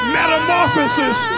Metamorphosis